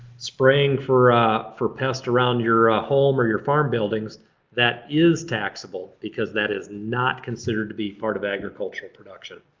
spraying for for pests around your ah home or your farm buildings that is taxable because that is not considered to be part of agricultural production.